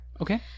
okay